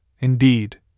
indeed